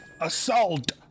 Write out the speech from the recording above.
Assault